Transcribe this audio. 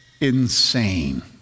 insane